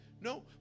No